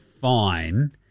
fine